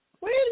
Wait